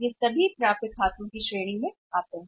ये सभी खाते प्राप्य की श्रेणी में हैं